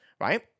right